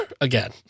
again